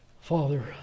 Father